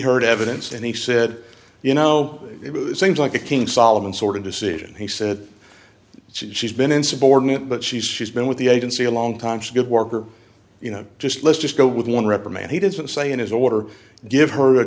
heard evidence and he said you know it was things like a king solomon sort of decision he said she's been insubordinate but she's she's been with the agency a long time skilled worker you know just let's just go with one reprimand he didn't say in his order give her a